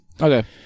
Okay